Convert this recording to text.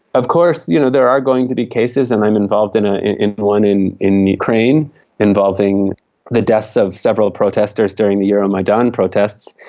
of course you know there are going to be cases, and i'm involved in ah in one in the ukraine involving the deaths of several protesters during the euromaidan protests,